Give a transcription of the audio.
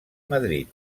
madrid